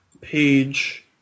page